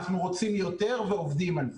אנחנו רוצים יותר ועובדים על זה.